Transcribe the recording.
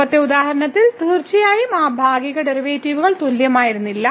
മുമ്പത്തെ ഉദാഹരണത്തിൽ തീർച്ചയായും ആ ഭാഗിക ഡെറിവേറ്റീവുകൾ തുല്യമായിരുന്നില്ല